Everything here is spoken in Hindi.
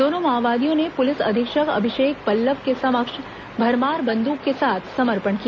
दोनों माओवादियों ने पुलिस अधीक्षक अभिषेक पल्लव के समक्ष भरमार बंदूक के साथ समर्पण किया